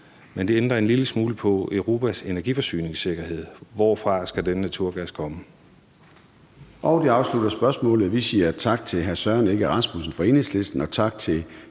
men det ændrer en lille smule på Europas energiforsyningssikkerhed, hvor den naturgas kommer